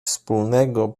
wspólnego